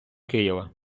києва